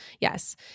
Yes